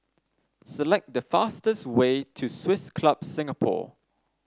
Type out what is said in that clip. select the fastest way to Swiss Club Singapore